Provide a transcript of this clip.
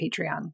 Patreon